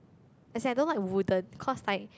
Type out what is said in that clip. as in I don't want the wooden cause like